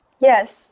Yes